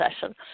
session